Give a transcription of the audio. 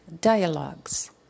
dialogues